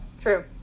True